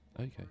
okay